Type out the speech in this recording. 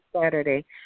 Saturday